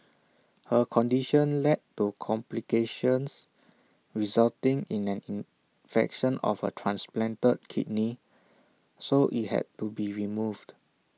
her condition led to complications resulting in an infection of her transplanted kidney so IT had to be removed